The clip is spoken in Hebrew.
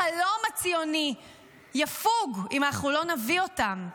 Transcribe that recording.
החלום הציוני יפוג אם אנחנו לא נביא אותם.